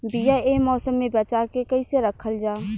बीया ए मौसम में बचा के कइसे रखल जा?